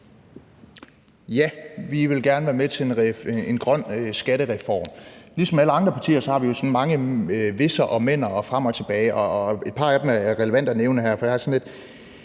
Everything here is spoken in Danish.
Ja, vi vil gerne være med til en grøn skattereform. Ligesom alle andre partier har vi jo hvis'er og men'er og frem og tilbage, og et par af dem er relevante at nævne her.